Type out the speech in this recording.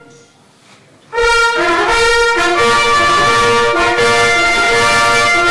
נשיא אוקראינה ויושב-ראש הכנסת.) (תרועת חצוצרות) הישיבה מתחדשת מייד.